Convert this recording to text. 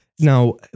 Now